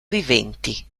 viventi